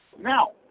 Now